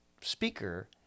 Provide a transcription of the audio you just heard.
speaker